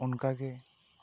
ᱚᱱᱠᱟ ᱜᱮ